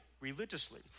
religiously